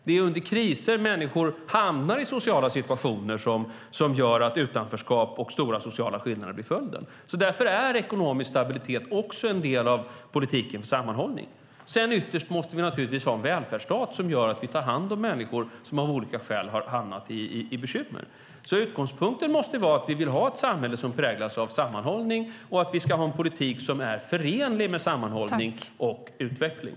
Det är under kriser människor hamnar i sociala situationer som gör att utanförskap och stora sociala skillnader blir följden. Därför är ekonomisk stabilitet också en del av politiken för sammanhållning. Ytterst måste vi naturligtvis ha en välfärdsstat som gör att vi tar hand om människor som av olika skäl har hamnat i bekymmer. Utgångspunkten måste vara att vi vill ha ett samhälle som präglas av sammanhållning och att vi ska ha en politik som är förenlig med sammanhållning och utveckling.